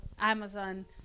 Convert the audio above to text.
Amazon